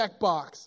checkbox